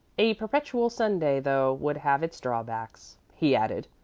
a perpetual sunday, though, would have its drawbacks, he added,